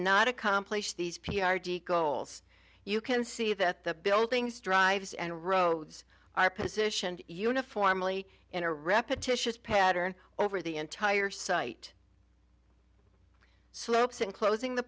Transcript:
not accomplish these p r g goals you can see that the buildings drivers and roads are positioned uniformly in a repetitious pattern over the entire site slopes and closing the